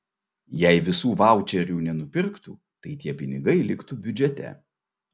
jei visų vaučerių nenupirktų tai tie pinigai liktų biudžete